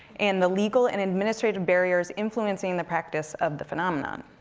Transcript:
and the legal and administrative barriers influencing the practice of the phenomenon.